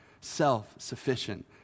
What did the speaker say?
self-sufficient